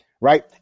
Right